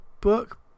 book